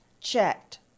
checked